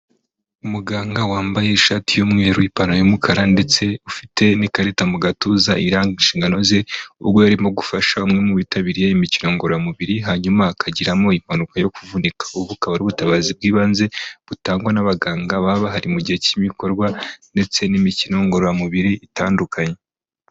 Umuganga wambaye ishati y'umweru, ipantaro y'umukara ndetse ufite n'ikarita mu gatuza, iranga inshingano ze, ubwo yarimo gufasha umwe mu bitabiriye imikino ngororamubiri, hanyuma akagiramo impanuka yo kuvunika, ubukaba bukaba ari ubutabazi bw'ibanze, butangwa n'abaganga babahari mu gihe cy'ibikorwa ndetse n'imikino ngororamubiri itandukanye.